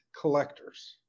collectors